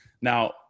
now